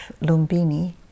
Lumbini